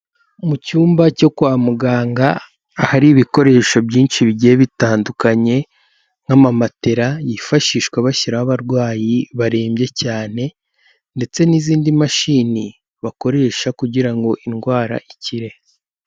Mu cyumba cyo kwa muganga ahari ibikoresho byinshi bigiye bitandukanye nk'amamatera yifashishwa bashyiraho abarwayi barembye cyane, ndetse n'izindi mashini bakoresha kugira ngo indwara ikire.